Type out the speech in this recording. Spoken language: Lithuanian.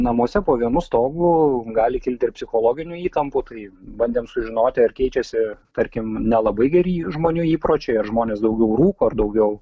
namuose po vienu stogu gali kilti ir psichologinių įtampų tai bandėm sužinoti ar keičiasi tarkim nelabai geri žmonių įpročiai ar žmonės daugiau rūko ar daugiau